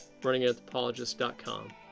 RunningAnthropologist.com